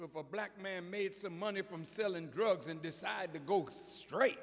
a black man made some money from selling drugs and decide to go straight